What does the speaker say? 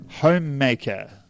Homemaker